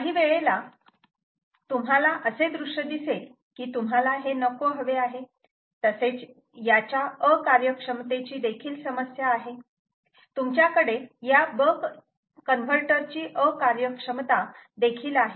काही वेळेला तुम्हाला असे दृष्य दिसेल की तुम्हाला हे नको हवे आहे तसेच याच्या अकार्यक्षमतेची देखील समस्या आहे तुमच्याकडे या बक कन्वर्टर ची अकार्यक्षमता देखील आहे